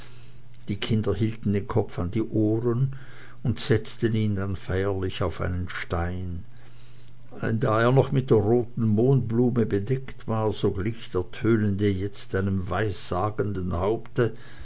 die kinder hielten den kopf an die ohren und setzten ihn dann feierlich auf einen stein da er noch mit der roten mohnblume bedeckt war so glich der tönende jetzt einem weissagenden haupte